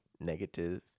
negative